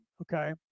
okay